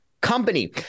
company